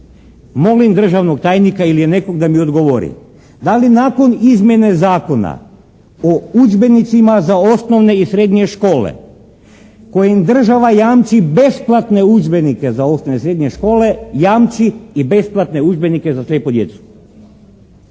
molim državnog tajnika ili nekog da mi odgovori. Da li nakon izmjene Zakona o udžbenicima za osnovne i srednje škole kojima država jamči besplatne udžbenike za osnovne i srednje škole, jamči i besplatne udžbenike za slijepu djecu?